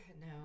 No